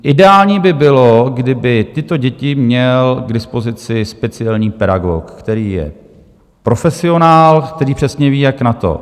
Ideální by bylo, kdyby tyto děti měl k dispozici speciální pedagog, který je profesionál, který přesně ví, jak na to.